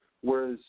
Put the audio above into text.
Whereas